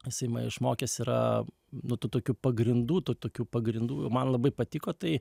jisai mane išmokęs yra nu tų tokių pagrindų tų tokių pagrindų man labai patiko tai